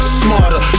smarter